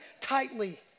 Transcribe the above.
tightly